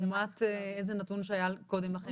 לעומת איזה נתון שהיה קודם לכן?